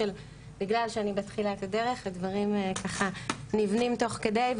בגלל שאני בתחילת הדרך הדברים ככה נבנים תוך כדי,